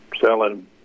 selling